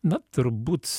na turbūt